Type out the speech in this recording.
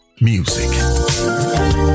music